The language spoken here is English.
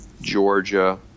georgia